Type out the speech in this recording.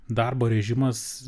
darbo režimas